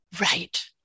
Right